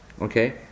Okay